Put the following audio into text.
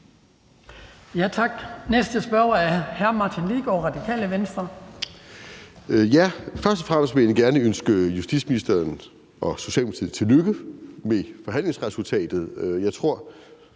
Tak. Næste spørger er hr. Martin Lidegaard, Radikale Venstre. Kl. 17:47 Martin Lidegaard (RV): Først og fremmest vil jeg egentlig gerne ønske justitsministeren og Socialdemokratiet tillykke med forhandlingsresultatet. Jeg tror